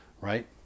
right